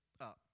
up